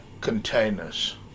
containers